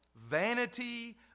vanity